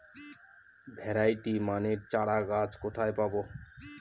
Variety মানের চারাগাছ কোথায় পাবো?